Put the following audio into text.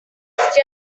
jealous